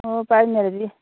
ꯑꯣ ꯄꯥꯏꯅꯔꯗꯤ